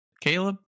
Caleb